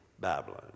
Babylon